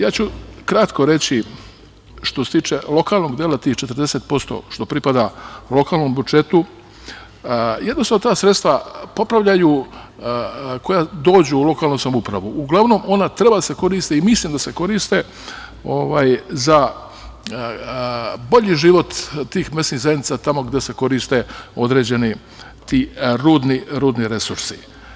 Ja ću kratko reći što se tiče lokalnog dela tih 40% što pripada lokalnom budžetu, jednostavno ta sredstva popravljaju, koja dođu u lokalnu samoupravu, uglavnom ona treba da se koriste i mislim da se koriste za bolji život tih mesnih zajednica tamo gde se koriste određeni ti rudni resursi.